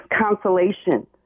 consolation